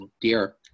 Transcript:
Dear